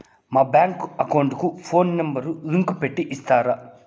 మా bank account కు phone number link పెట్టి ఇస్తారా?